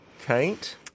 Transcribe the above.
Kate